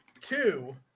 Two